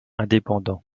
indépendant